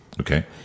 Okay